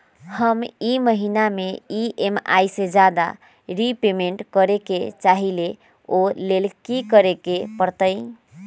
हम ई महिना में ई.एम.आई से ज्यादा रीपेमेंट करे के चाहईले ओ लेल की करे के परतई?